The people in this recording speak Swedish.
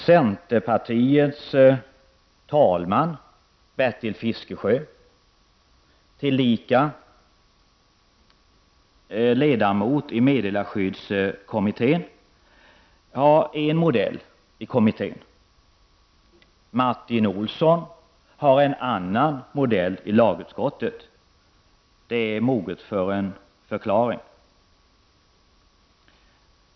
Tredje vice talman Bertil Fiskesjö från centerpartiet, tillika ledamot i meddelarskyddskommittén, har en modell i kommittén. Martin Olsson har en annan modell i lagutskottet. Det är moget för en förklaring.